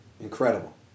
incredible